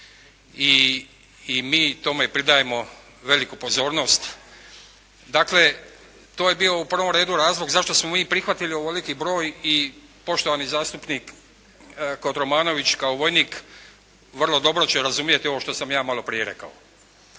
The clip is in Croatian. i mi tome pridajemo veliku pozornost. Dakle, to je bio u prvom redu razlog zašto smo mi prihvatili ovoliki broj i poštovani zastupnik Kotromanović, kao vojnik, vrlo dobro će razumjeti ovo što sam ja malo prije rekao.